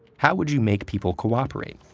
how would you make people cooperate?